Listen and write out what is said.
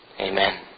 Amen